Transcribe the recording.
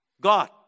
God